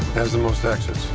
has the most exits.